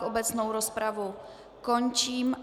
Obecnou rozpravu končím.